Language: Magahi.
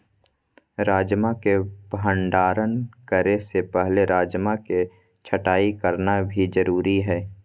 राजमा के भंडारण करे से पहले राजमा के छँटाई करना भी जरुरी हय